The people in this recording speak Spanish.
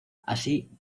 así